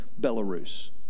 belarus